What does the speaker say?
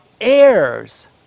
heirs